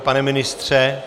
Pane ministře?